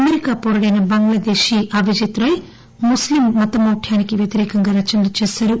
America పొరుడైన బంగ్లాదేశీ అవిజిత్ రాయ్ ముస్లిం మతమౌఢ్యానికి వ్యతిరేకంగా రచనలు చేశారు